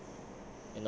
ya so